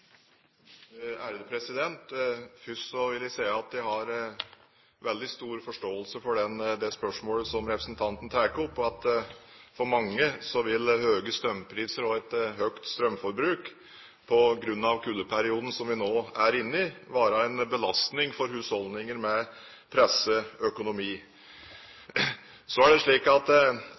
Først vil jeg si at jeg har veldig stor forståelse for spørsmålet som representanten tar opp. Høye strømpriser og et høyt strømforbruk på grunn av kuldeperioden som vi nå er inne i, vil være en belastning for mange husholdninger med presset økonomi. Spørsmålet om reduksjon av elavgiften er